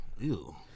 Ew